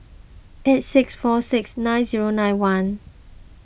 eight six four six nine zero nine one